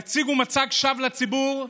יציגו מצג שווא לציבור,